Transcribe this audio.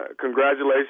Congratulations